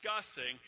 discussing